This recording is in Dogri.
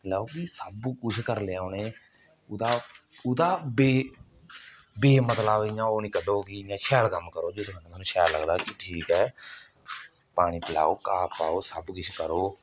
दिक्खी लैओ सब कुछ करी लेआ उ'नें ओह्दा ओह्दा बे बेमतलब इ'यां ओह् नेईं कड्डो जियां शैल कम्म करो जेह्दे कन्नै शैल लगदा कि ठीक ऐ पानी पलैओ घाह पाओ सब किश करो